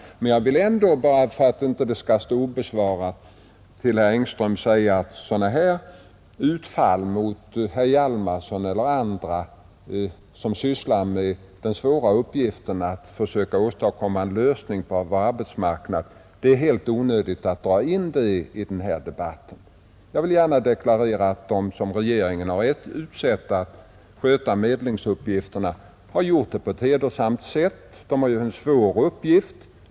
Men jag vill ändå, bara för att det inte skall stå obesvarat, till herr Engström säga att sådana utfall som han gjorde mot herr Hjalmarson eller andra personer, som sysslar med den svåra uppgiften att försöka åstadkomma en lösning på vår arbetsmarknad, är helt onödiga att dra in i denna debatt. Jag vill gärna deklarera att de som regeringen har utsett att sköta medlingsuppgifterna har gjort det på ett hedersamt sätt. De har en svår uppgift.